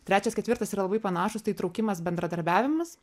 trečias ketvirtas yra labai panašūs tai traukimas bendradarbiavimas